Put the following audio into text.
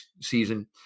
season